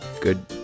good